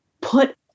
put